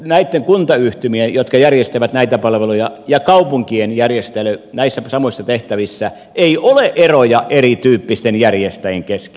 nämä kuntayhtymät jotka järjestävät näitä palveluja ja kaupunkien järjestelyt näissä samoissa tehtävissä ei ole eroja erityyppisten järjestäjien kesken